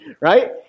Right